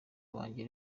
banjye